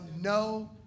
no